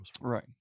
right